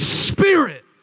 Spirit